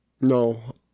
No